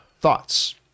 thoughts